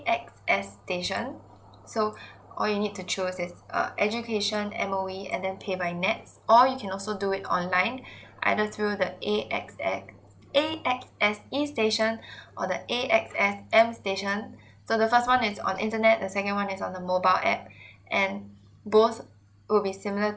X S station so all you need to choose is uh education M_O_E and then pay by nets or you can also do it online either through the A S X A S X e station or the A S X M station so the first one is on internet the second one is on the mobile app and both will be similar